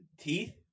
Teeth